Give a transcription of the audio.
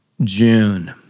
June